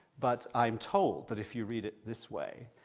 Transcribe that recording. but i'm told that if you read it this way,